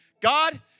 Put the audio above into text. God